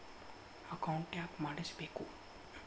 Account ಯಾಕ್ ಮಾಡಿಸಬೇಕು?